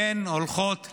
הן הולכות לכלא.